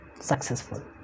successful